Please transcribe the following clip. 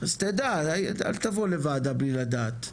אז תדע, אל תבוא לוועדה בלי לדעת.